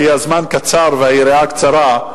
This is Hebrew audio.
כי הזמן קצר והיריעה קצרה,